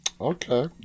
Okay